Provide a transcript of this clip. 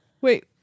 Wait